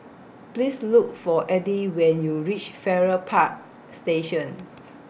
Please Look For Edie when YOU REACH Farrer Park Station